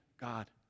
God